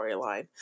storyline